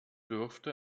dürfte